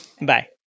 bye